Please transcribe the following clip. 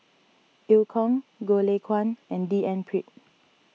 Eu Kong Goh Lay Kuan and D N Pritt